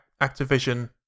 Activision